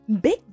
big